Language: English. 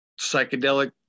psychedelic